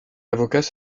avocats